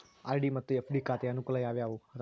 RD ಮತ್ತು FD ಖಾತೆಯ ಅನುಕೂಲ ಯಾವುವು ಅದಾವ?